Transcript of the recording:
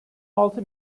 altı